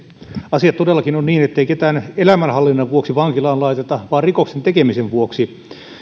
asiat todellakin ovat niin ettei ketään elämänhallinnan vuoksi vankilaan laiteta vaan rikoksen tekemisen vuoksi